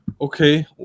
Okay